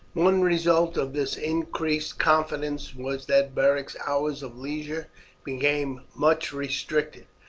one result of this increased confidence was that beric's hours of leisure became much restricted,